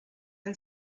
and